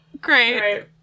Great